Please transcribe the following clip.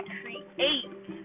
create